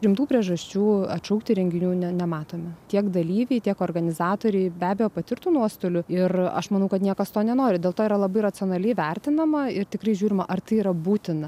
rimtų priežasčių atšaukti renginių ne nematome tiek dalyviai tiek organizatoriai be abejo patirtų nuostolių ir aš manau kad niekas to nenori dėl to yra labai racionaliai vertinama ir tikrai žiūrima ar tai yra būtina